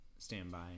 Standby